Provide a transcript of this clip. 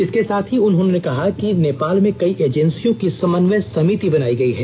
इसके साथ ही उन्होंने कहा है कि नेपाल में कई एजेंसियों की समन्वय समिति बनाई गई है